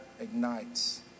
ignites